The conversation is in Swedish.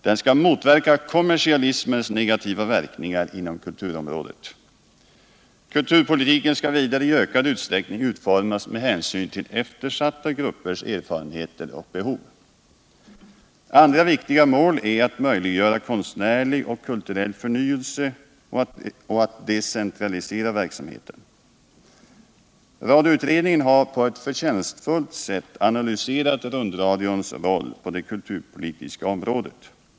Den skall motverka kommersialismens negativa verkningar inom kulturområdet. Kulturpolitiken skall vidare i ökad utsträckning utformas med hänsyn till eftersatta gruppers erfarenheter och behov. Andra viktiga mål är att möjliggöra konstnärlig och kulturell förnyelse och att decentralisera verksamheten. Radioutredningen har på ett förtjänstfullt sätt analyserat rundradions roll på det kulturpolitiska området.